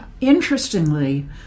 Interestingly